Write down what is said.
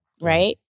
Right